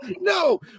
No